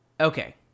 Okay